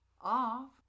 off